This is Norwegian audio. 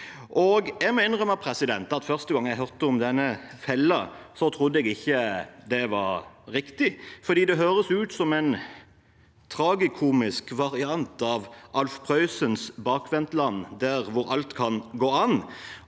Jeg må innrømme at første gang jeg hørte om denne fellen, trodde jeg ikke det var riktig, for det høres ut som en tragikomisk variant av Alf Prøysens bakvendtland, der alt kan gå an.